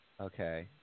Okay